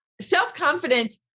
self-confidence